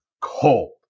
cold